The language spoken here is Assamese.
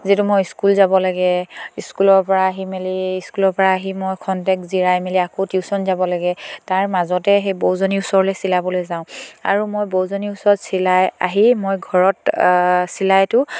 যিহেতু মই স্কুল যাব লাগে স্কুলৰ পৰা আহি মেলি স্কুলৰ পৰা আহি মই খন্তেক জিৰাই মেলি আকৌ টিউশ্যন যাব লাগে তাৰ মাজতে সেই বৌজনীৰ ওচৰলৈ চিলাবলৈ যাওঁ আৰু মই বৌজনীৰ ওচৰত চিলাই আহি মই ঘৰত চিলাইটো